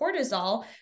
cortisol